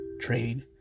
trade